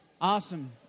Awesome